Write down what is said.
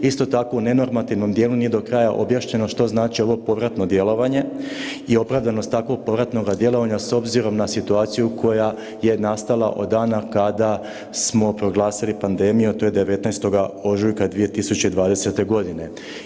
Isto tako u ne normativnom dijelu nije do kraja objašnjeno što znači ovo povratno djelovanje i opravdanost takvog povratnog djelovanja s obzirom na situaciju koja je nastala od dana kada smo proglasili pandemiju, a to je 19. ožujka 2020. godine.